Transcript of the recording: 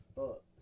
up